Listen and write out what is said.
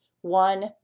one